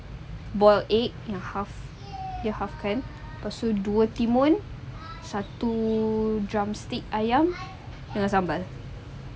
boil egg yang half dia halve kan lepas tu dua timun satu drumstick ayam dengan sambal